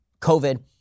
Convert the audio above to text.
covid